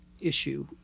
issue